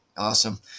Awesome